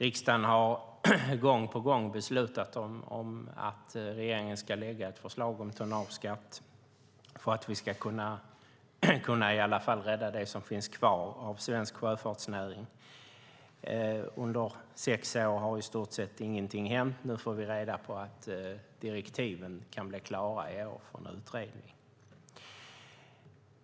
Riksdagen har gång på gång beslutat om att regeringen ska lägga fram ett förslag om tonnageskatt för att vi i alla fall ska kunna rädda det som finns kvar av svensk sjöfartsnäring. Under sex år har i stort sett ingenting hänt. Nu får vi reda på att direktiven till en utredning kan bli klara i år.